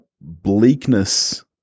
bleakness